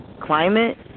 climate